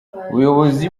ubuyobozi